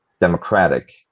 democratic